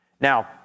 Now